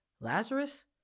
Lazarus